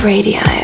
Radio